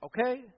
Okay